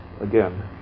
again